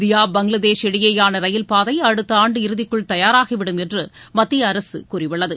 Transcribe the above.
India Bangladesh இடையேயான ரயில் பாதை அடுத்த ஆண்டு இறுதிக்குள் தயாராகிவிடும் என்று மத்திய அரசு கூறியுள்ளது